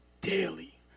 daily